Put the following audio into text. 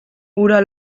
hura